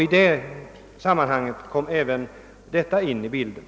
I det sammanhanget kom även ikraftträdandet av sjukronorsreformen in i bilden.